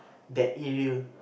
that area